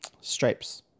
Stripes